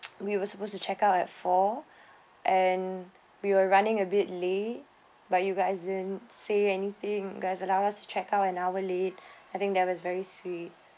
we were supposed to check out at four and we were running a bit late but you guys didn't say anything you guys allowed us to check out an hour late I think that was very sweet